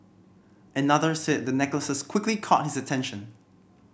another said the necklaces quickly caught his attention